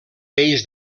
peix